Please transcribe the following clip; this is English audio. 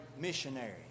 missionary